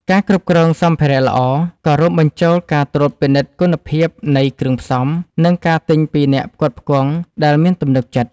ការគ្រប់គ្រងសំភារៈល្អ ក៏រួមបញ្ចូលការត្រួតពិនិត្យគុណភាពនៃគ្រឿងផ្សំ និងការទិញពីអ្នកផ្គត់ផ្គង់ដែលមានទំនុកចិត្ត។